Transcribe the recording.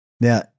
Now